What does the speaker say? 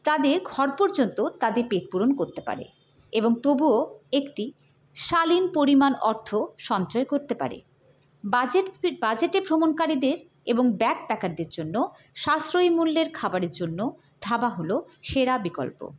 তাদের ঘর পর্যন্ত তাদের পেট পূরণ করতে পারে এবং তবুও একটি শালীন পরিমাণ অর্থ সঞ্চয় করতে পারে বাজেট বাজেটে ভ্রমণকারীদের এবং ব্যাকপ্যাকারদের জন্য সাশ্রয়ী মূল্যের খাবারের জন্য ধাবা হল সেরা বিকল্প